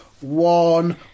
one